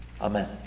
amen